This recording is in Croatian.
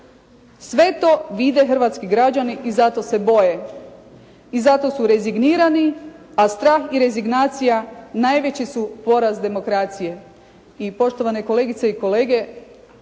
Sve to vide hrvatski građani i zato se boje. I zato su rezignirani, a strah i rezignacija najveći su poraz demokracije.